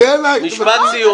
נוגע אליך --- נכון,